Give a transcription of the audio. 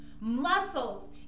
Muscles